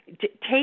take